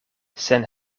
sen